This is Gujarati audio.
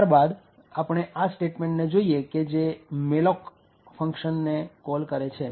ત્યારબાદ આપણે આ સ્ટેટમેન્ટને જોઈએ કે જે મેલોક ફંક્શનને કોલ કરે છે